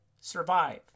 survive